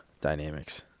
Dynamics